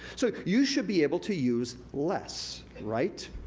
so, you should be able to use less, right?